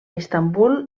istanbul